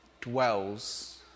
dwells